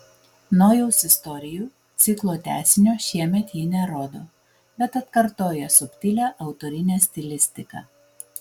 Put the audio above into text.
nojaus istorijų ciklo tęsinio šiemet ji nerodo bet atkartoja subtilią autorinę stilistiką